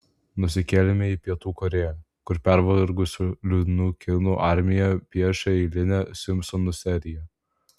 nusikeliame į pietų korėją kur pervargusių liūdnų kinų armija piešia eilinę simpsonų seriją